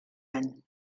any